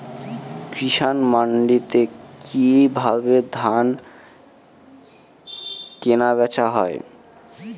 কৃষান মান্ডিতে কি ভাবে ধান কেনাবেচা হয়?